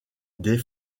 des